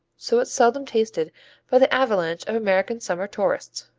so it's seldom tasted by the avalanche of american summer tourists.